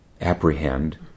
apprehend